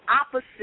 opposite